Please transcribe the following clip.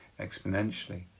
exponentially